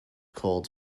called